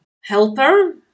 Helper